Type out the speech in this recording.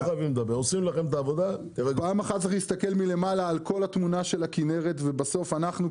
על כל התמונה של הכנרת ובסוף אנחנו,